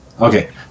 Okay